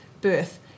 birth